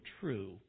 true